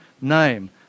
name